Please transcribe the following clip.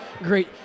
great